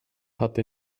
hatte